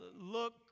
look